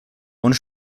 und